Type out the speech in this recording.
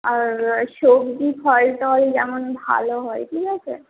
আর সবজি ফল টল যেমন ভালো হয় ঠিক আছে